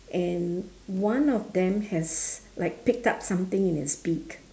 and one of them has like picked up something in its beak